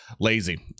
lazy